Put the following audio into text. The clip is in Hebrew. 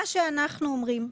מה שאנחנו אומרים,